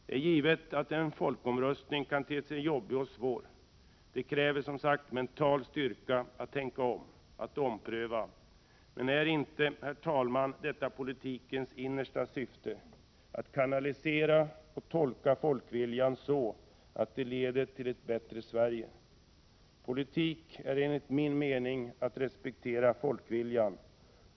Det är givet att en folkomröstning kan te sig jobbig och svår. Det kräver, som sagt, mental styrka att tänka om, att ompröva. Men är inte detta politikens innersta syfte, dvs. att kanalisera och tolka folkviljan så att det leder till ett bättre Sverige? Politik är att respektera folkviljan.